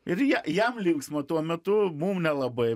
ir jie jam linksma tuo metu mum nelabai